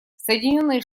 соединенные